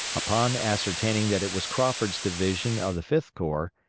upon ascertaining that it was crawford's division of the fifth corps,